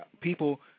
People